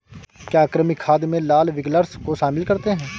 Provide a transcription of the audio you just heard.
क्या कृमि खाद में लाल विग्लर्स को शामिल करते हैं?